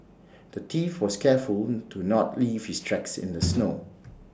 the thief was careful to not leave his tracks in the snow